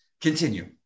Continue